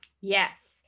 yes